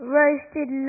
roasted